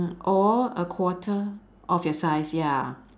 or a quarter of your size ya